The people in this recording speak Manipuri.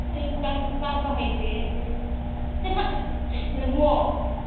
ꯑꯩ ꯆꯥꯕ ꯍꯩꯇꯦ ꯑꯩꯗꯤ ꯂꯝꯑꯣꯛ